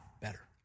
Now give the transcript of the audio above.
better